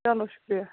چلو شُکریہ